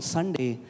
Sunday